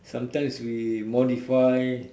sometimes we modify